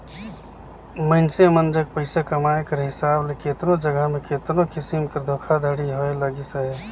मइनसे मन जग पइसा कमाए कर हिसाब ले केतनो जगहा में केतनो किसिम कर धोखाघड़ी होए लगिस अहे